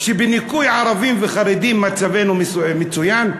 שבניכוי ערבים וחרדים מצבנו מצוין.